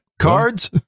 cards